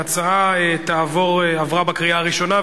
ההצעה עברה בקריאה הראשונה,